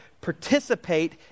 participate